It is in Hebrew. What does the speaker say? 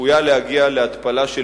צפויה להגיע להתפלה של